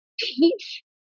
teach